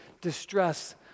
distress